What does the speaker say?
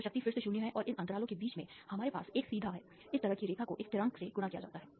तो शक्ति फिर से 0 है और इन अंतरालों के बीच में हमारे पास एक सीधा है इस तरह की रेखा को एक स्थिरांक से गुणा किया जाता है